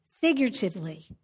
figuratively